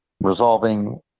resolving